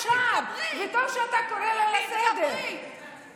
מצידי את יכולה לשבת, וכשיגיע התור שלך